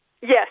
Yes